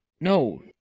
No